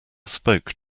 spoke